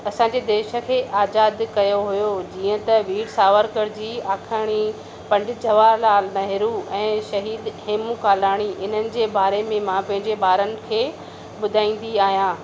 असां जे देश खें आज़ाद कयो होयो जीअं त वीर सावरकर जी आखणी पंडित जवाहर लाल नेहरु ऐं शहीद हेमू कालाणी इननि जे बारे में मां पंहिंजे ॿारनि खे ॿुधाइंदी आहियां